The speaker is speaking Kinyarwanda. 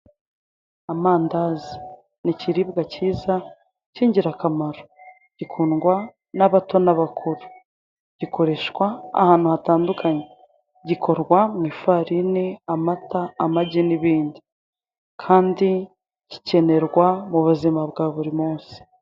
Amandazi ni ikiribwa kiza k'ingirakamaro, gikundwa n'abato n'abakuru, gikoreshwa ahantu hatandukanye, gikorwa mu ifarini, amata, amagi n'ibindi, kandi gikenerwa mu buzima bwa buri munsi.